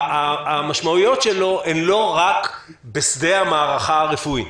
המשמעויות שלו הן לא רק בשדה המערכה הרפואית,